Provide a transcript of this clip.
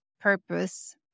purpose